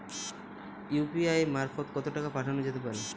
UPI মারফত কত টাকা পাঠানো যেতে পারে?